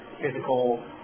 physical